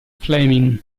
fleming